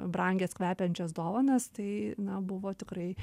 brangias kvepiančias dovanas tai na buvo tikrai